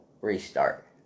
restart